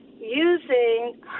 using